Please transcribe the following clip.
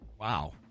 Wow